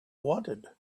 wanted